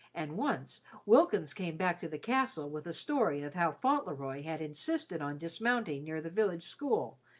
and once wilkins came back to the castle with a story of how fauntleroy had insisted on dismounting near the village school,